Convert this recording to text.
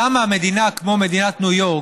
למה מדינה כמו מדינת ניו יורק,